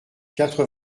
quatre